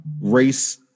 race